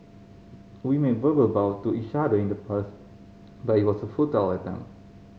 we made verbal vow to each other in the past but it was a futile attempt